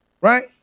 right